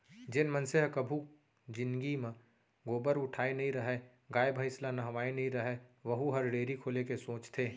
जेन मनसे ह कभू जिनगी म गोबर उठाए नइ रहय, गाय भईंस ल नहवाए नइ रहय वहूँ ह डेयरी खोले के सोचथे